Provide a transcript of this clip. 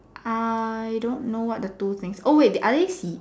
I don't know what the two things oh wait they are they seed